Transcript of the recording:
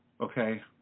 okay